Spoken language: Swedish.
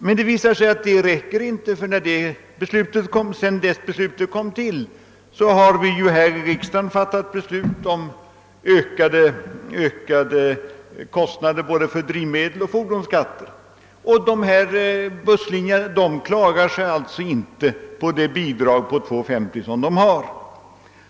Men det visar sig att bidraget inte räcker, ty sedan beslutet fattades har genom andra riksdagens beslut både kostnaderna för drivmedel och fordonsskatter ökats. Busslinjerna klarar sig därför inte med det bidrag på 2:50 som utgår.